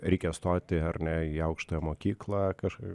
reikia stoti ar ne į aukštąją mokyklą kažkai